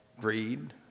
greed